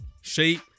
shape